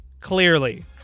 clearly